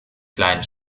kleine